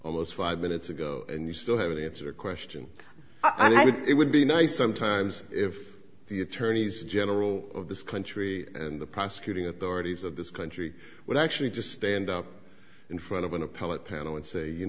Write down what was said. almost five minutes ago and you still haven't answered a question i think it would be nice sometimes if the attorneys general of this country and the prosecuting authorities of this country would actually just stand up in front of an appellate panel and say you